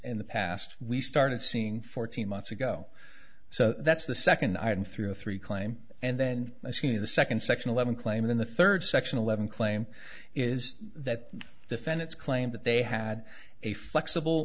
in the past we started seeing fourteen months ago so that's the second item through three claim and then i see the second section eleven claim in the third section eleven claim is that defendants claimed that they had a flexible